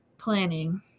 planning